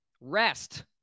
rest